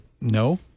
No